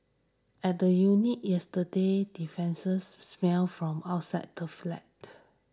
at the unit yesterday smelt from outside the flat